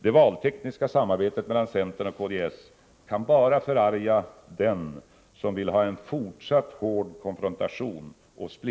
Det valtekniska samarbetet mellan centern och kds kan bara förarga dem som vill ha fortsatt hård konfrontation och splittring i nationen.